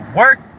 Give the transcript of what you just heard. work